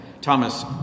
Thomas